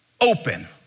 open